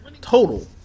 total